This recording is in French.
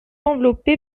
enveloppé